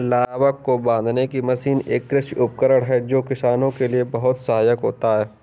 लावक को बांधने की मशीन एक कृषि उपकरण है जो किसानों के लिए बहुत सहायक होता है